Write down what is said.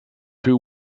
two